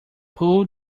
pull